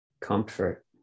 comfort